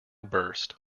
burst